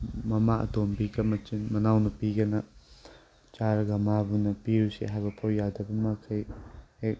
ꯃꯃꯥ ꯑꯇꯣꯝꯕꯤꯒ ꯃꯅꯥꯎꯅꯨꯄꯤꯒꯅ ꯆꯥꯔꯒ ꯃꯥꯕꯨꯅ ꯄꯤꯔꯨꯁꯦ ꯍꯥꯏꯕꯐꯥꯎ ꯌꯥꯗꯕꯃꯈꯩ ꯍꯦꯛ